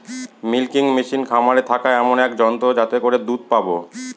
milking machine খামারে থাকা এমন এক যন্ত্র যাতে করে দুধ পাবো